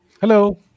Hello